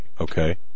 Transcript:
okay